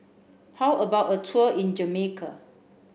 how about a tour in Jamaica